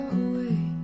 away